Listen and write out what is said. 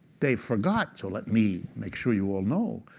they forgot, so let me make sure you all know,